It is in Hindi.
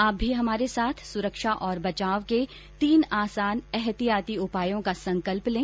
आप भी हमारे साथ सुरक्षा और बचाव के तीन आसान एहतियाती उपायों का संकल्प लें